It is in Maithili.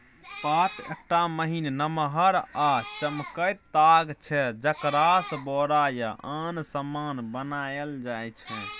पाट एकटा महीन, नमहर आ चमकैत ताग छै जकरासँ बोरा या आन समान बनाएल जाइ छै